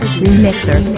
remixer